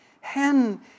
hen